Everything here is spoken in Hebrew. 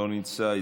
לא נמצא,